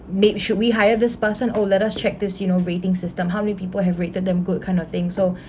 babe should we hired this person oh let us check this you know rating system how many people have written them good kind of thing so